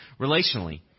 relationally